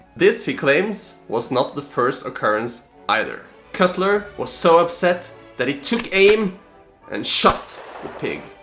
this he claimed was not the first occurrence either. cutlar was so upset that he took aim and shot the pig,